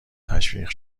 تشویق